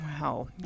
Wow